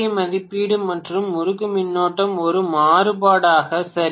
ஏ மதிப்பீடு மற்றும் முறுக்கு மின்னோட்டம் ஒரு மாறுபாடாக சரி